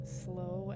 slow